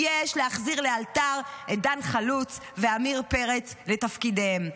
יש להחזיר לאלתר את דן חלוץ ועמיר פרץ לתפקידיהם.